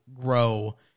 grow